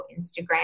Instagram